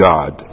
God